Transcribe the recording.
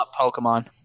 pokemon